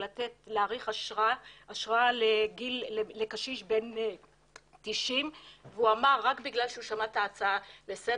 להאריך אשרה לקשיש בן 90. הוא אמר שרק בגלל שהוא שמע את ההצעה לסדר,